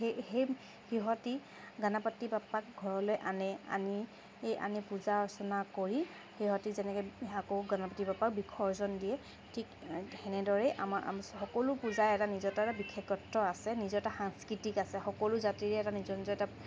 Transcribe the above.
সেই সেই সিহঁতি গণপতি বাপ্পাক ঘৰলৈ আনে আনি আনি পূজা অৰ্চনা কৰি সিহঁতে যেনেকৈ আকৌ গণপতি বাপ্পাক বিসৰ্জন দিয়ে ঠিক সেনেদৰেই আমাৰ সকলো পূজাই এটা নিজতাৰে বিশেষত্ব আছে নিজতে সাংস্কৃতিক সকলো জাতিৰে এটা নিজৰ নিজৰ এটা